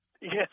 Yes